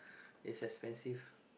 it's expensive